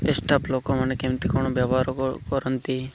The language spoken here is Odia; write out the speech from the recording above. ଷ୍ଟାଫ ଲୋକମାନେ କେମିତି କ'ଣ ବ୍ୟବହାର କରନ୍ତି